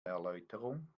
erläuterung